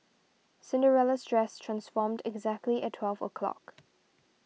Cinderella's dress transformed exactly at twelve o' clock